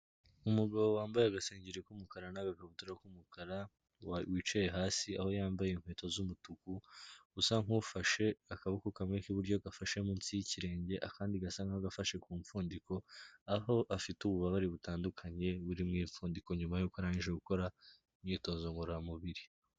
Umugabo wambaye agasengeri k'umukara n'agakabutura k'umukara wicaye hasi aho yambaye inkweto z'umutuku, usa nk'ufashe akaboko kamwe k'iburyo gafashe munsi y'ikirenge akandi gasa nk'agafashe ku mpfundiko, aho afite ububabare butandukanye buri mu ipfundiko, nyuma yuko arangije gukora imyitozo ngororamubiri.